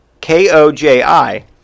K-O-J-I